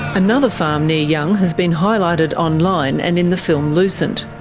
another farm near young has been highlighted online and in the film lucent.